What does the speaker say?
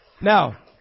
Now